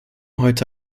heute